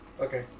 Okay